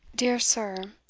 dear sir.